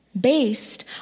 Based